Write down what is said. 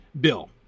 Bill